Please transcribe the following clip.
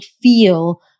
feel